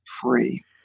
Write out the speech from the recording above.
free